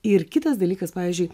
ir kitas dalykas pavyzdžiui